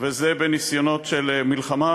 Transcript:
וזה בניסיונות של מלחמה,